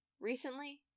Recently